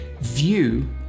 view